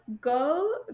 go